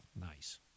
nice